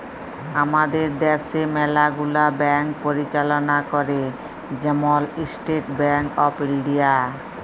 আমাদের দ্যাশে ম্যালা গুলা ব্যাংক পরিচাললা ক্যরে, যেমল ইস্টেট ব্যাংক অফ ইলডিয়া